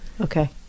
Okay